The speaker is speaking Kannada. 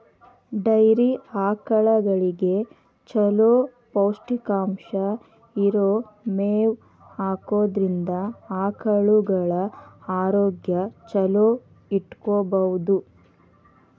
ಡೈರಿ ಆಕಳಗಳಿಗೆ ಚೊಲೋ ಪೌಷ್ಟಿಕಾಂಶ ಇರೋ ಮೇವ್ ಹಾಕೋದ್ರಿಂದ ಆಕಳುಗಳ ಆರೋಗ್ಯ ಚೊಲೋ ಇಟ್ಕೋಬಹುದು